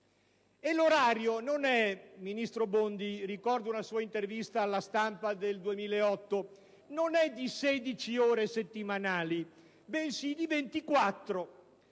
e l'orario non è - ministro Bondi, ricordo una sua intervista a «La Stampa» del 2008 - di 16 ore settimanali, bensì di 24.